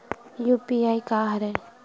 UPI का हरय?